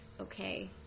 okay